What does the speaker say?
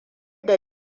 da